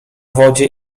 wodzie